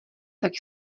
tak